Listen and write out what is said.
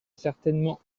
certainement